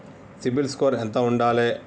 CIBIL score ఎంత ఉండాలే?